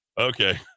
Okay